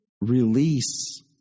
release